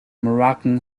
moroccan